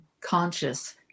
conscious